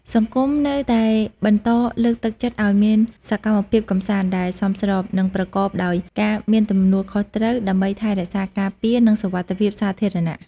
សង្គមនៅតែបន្តលើកទឹកចិត្តឲ្យមានសកម្មភាពកម្សាន្តដែលសមស្រប និងប្រកបដោយការមានទំនួលខុសត្រូវ ដើម្បីថែរក្សាការពារ និងសុវត្ថិភាពសាធារណៈ។